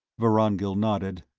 vorongil nodded.